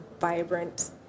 vibrant